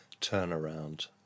turnaround